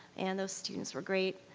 and those students were great.